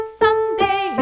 someday